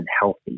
healthy